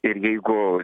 ir jeigu